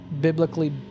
biblically